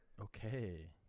Okay